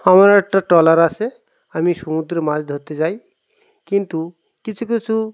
আমার একটা ট্রলার আছে আমি সমুদ্রে মাছ ধরতে যাই কিন্তু কিছু কিছু